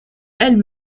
elle